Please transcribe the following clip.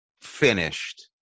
finished